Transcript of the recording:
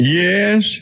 yes